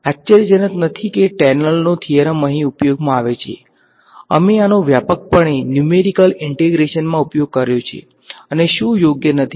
આશ્ચર્યજનક નથી કે ટેલરનો થીયરમ અહીં ઉપયોગમાં આવે છે અમે આનો વ્યાપકપણે ન્યુમેરીકલ ઈંટેગ્રેશનમા ઉપયોગ કર્યો છે અને શું યોગ્ય નથી